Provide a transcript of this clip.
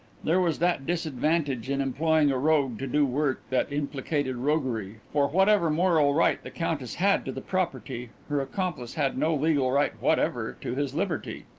there was that disadvantage in employing a rogue to do work that implicated roguery, for whatever moral right the countess had to the property, her accomplice had no legal right whatever to his liberty.